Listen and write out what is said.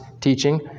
teaching